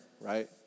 right